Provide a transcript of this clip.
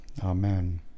amen